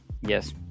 yes